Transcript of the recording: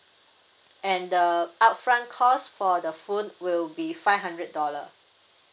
and the upfront costs for the phone will be five hundred dollar